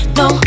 no